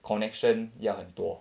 connection 要很多